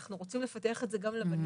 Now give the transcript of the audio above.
ואנחנו רוצים לפתח את זה גם לבנים,